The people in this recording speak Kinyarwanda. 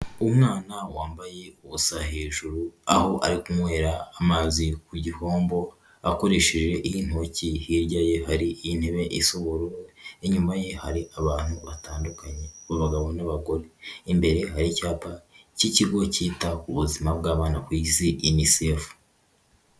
Umwana wambaye ubusa hejuru aho ari kunywera amazi ku gihombo akoresheje intoki, hirya ye hari intebe isa ubururu, inyuma ye hari abantu batandukanye b'abagabo n'abagore, imbere hari icyapa cy'ikigo cyita ku buzima bw'abana ku isi unicef.